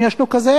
אם יש לו כזה,